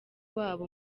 wabo